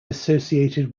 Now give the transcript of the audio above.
associated